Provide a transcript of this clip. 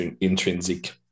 intrinsic